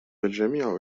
الجميع